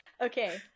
Okay